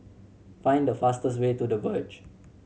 find the fastest way to The Verge